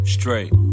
Straight